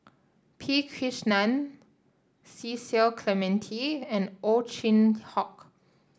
P Krishnan Cecil Clementi and Ow Chin Hock